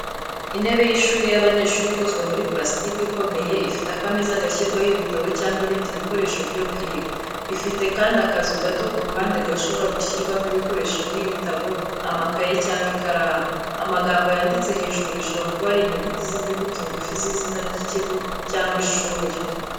Intebe y’ishuri y’abanyeshuri ikozwe muri parasitiki ikomeye, ifite akameza gashyirwaho ibitabo cyangwa ibindi bikoresho byo kwiga. Ifite kandi akazu gato ku ruhande gashobora gushyirwamo ibikoresho nk’ibitabo, amakaye cyangwa ikaramu. Amagambo yanditse hejuru bishobora kuba ari inyuguti z’inyuguti ngufi z’izina ry’ikigo cyangwa ishuri.